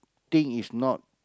thing is not